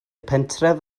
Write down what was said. pentref